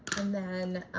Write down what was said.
and then